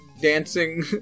dancing